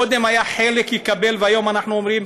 קודם חלק קיבל והיום אנחנו אומרים